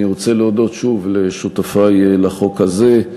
אני רוצה להודות שוב לשותפי לחוק הזה,